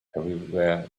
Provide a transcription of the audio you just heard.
everywhere